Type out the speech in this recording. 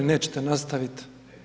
Nećete nastaviti?